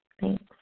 Thanks